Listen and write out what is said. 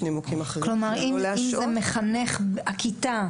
כלומר, זה לא רק מחנך הכיתה,